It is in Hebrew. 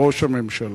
ראש הממשלה,